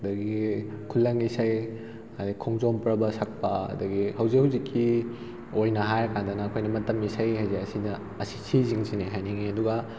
ꯑꯗꯨꯗꯒꯤ ꯈꯨꯂꯪ ꯏꯁꯩ ꯑꯗꯨꯗꯩ ꯈꯣꯡꯖꯣꯝ ꯄ꯭꯭ꯔꯕ ꯁꯛꯄ ꯑꯗꯨꯗꯒꯤ ꯍꯧꯖꯤꯛ ꯍꯧꯖꯤꯛꯀꯤ ꯑꯣꯏꯅ ꯍꯥꯏꯔꯀꯥꯟꯗꯅ ꯑꯩꯈꯣꯏꯅ ꯃꯇꯝ ꯏꯁꯩ ꯍꯥꯏꯗꯤ ꯑꯁꯤꯅ ꯑꯁꯤꯁꯤꯡꯁꯤꯅꯦ ꯍꯥꯏꯅꯤꯡꯉꯤ ꯑꯗꯨꯒ